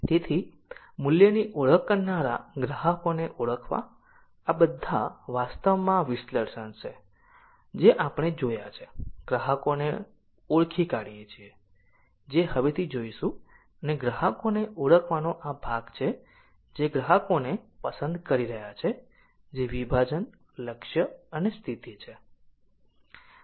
તેથી મૂલ્યની ઓળખ કરનારા ગ્રાહકોને ઓળખવા આ બધા વાસ્તવમાં વિશ્લેષણ છે જે આપણે જોયા છે ગ્રાહકોને ઓળખી કાઢીએ છીએ જે હવેથી જોશું અને ગ્રાહકોને ઓળખવાનો આ ભાગ છે જે ગ્રાહકોને પસંદ કરી રહ્યા છે જે વિભાજન લક્ષ્ય અને સ્થિતિ છે